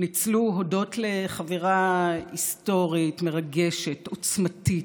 ניצלו הודות לחבירה היסטורית, מרגשת, עוצמתית,